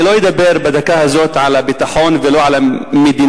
אני לא אדבר בדקה הזאת על הביטחון ולא על המדיניות,